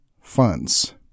funds